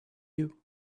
you